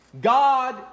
God